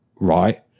right